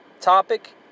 topic